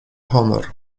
honor